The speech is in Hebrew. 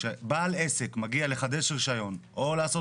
כשבעל עסק מגיע לחדש רישיון או לעשות